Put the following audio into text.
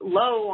low